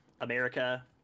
America